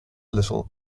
little